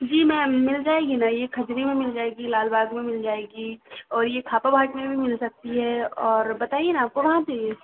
जी ma'am मिल जाएगी न ये खजवी में मिल जाएगी लालबाग में मिल जाएगी और ये थापाभाट में भी मिल सकती है और बताइए न आपको कहाँ चाहिए